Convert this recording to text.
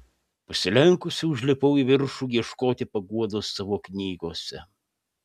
pasilenkusi užlipau į viršų ieškoti paguodos savo knygose